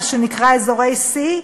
מה שנקרא אזורי C,